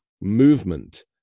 movement